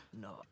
No